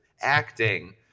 acting